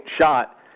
shot